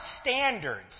standards